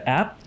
app